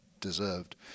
deserved